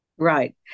Right